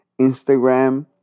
Instagram